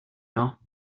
know